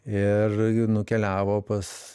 ir nukeliavo pas